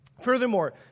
Furthermore